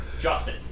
Justin